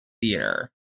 theater